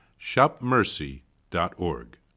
shopmercy.org